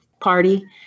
party